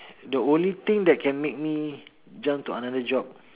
the only thing that can make me jump to another job